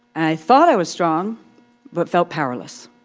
i thought i was strong but felt powerless.